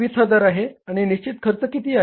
योगदान 20000 आहे आणि निश्चित खर्च किती आहे